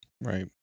Right